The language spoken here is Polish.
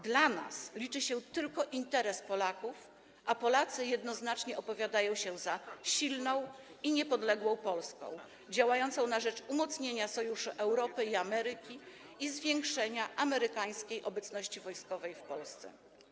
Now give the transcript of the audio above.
Dla nas liczy się tylko interes Polaków, a Polacy jednoznacznie opowiadają się za silną i niepodległą Polską działającą na rzecz umocnienia sojuszu Europy i Ameryki i zwiększenia amerykańskiej obecności wojskowej w Polsce.